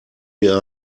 mir